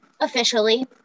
officially